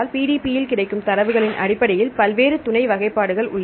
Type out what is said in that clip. PDB இல் கிடைக்கும் தரவுகளின் அடிப்படையில் பல்வேறு துணை வகைப்பாடுகள் உள்ளன